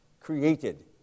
created